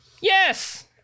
Yes